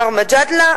מר מג'אדלה,